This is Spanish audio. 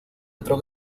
otro